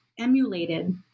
emulated